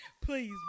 Please